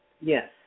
Yes